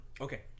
Okay